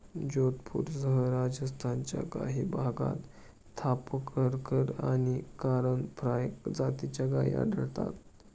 जोधपूरसह राजस्थानच्या काही भागात थापरकर आणि करण फ्राय जातीच्या गायी आढळतात